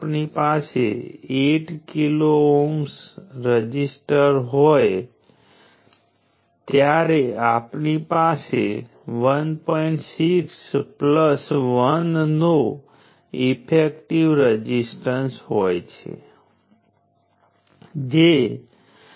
અને ત્રીજા ક્વોડ્રન્ટમાં વોલ્ટેજ નેગેટિવ છે કરંટ પણ નેગેટિવ છે પરંતુ V × I દેખીતી રીતે પોઝિટિવ હશે જેથી તેનો અર્થ એ થાય કે એલિમેન્ટ ફરીથી પાવરને શોષી રહ્યું છે